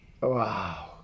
wow